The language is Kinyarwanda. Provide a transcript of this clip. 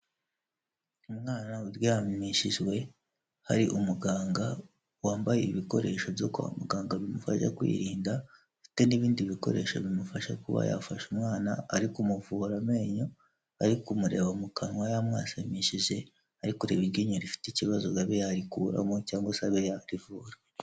Umwana uryamishijwe hari umuganga wambaye ibikoresho byo kwa muganga bimufasha kwirinda, afite n'ibindi bikoresho bimufasha kuba yafashe umwana ari kumuvura amenyo, ari kumureba mu kanwa yamwasamishije, ari kureba iryinyo rifite ikibazo ngo abe yarikuramo cyangwa se abe yarivura.